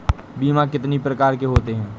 बीमा कितनी प्रकार के होते हैं?